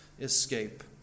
escape